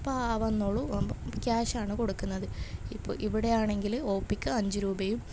അപ്പം ആ വന്നോളൂ ക്യാഷാണ് കൊടുക്കുന്നത് ഇപ്പം ഇവിടെയാണങ്കിൽ ഓ പ്പിക്ക് അഞ്ച് രൂപയും